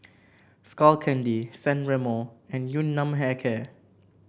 Skull Candy San Remo and Yun Nam Hair Care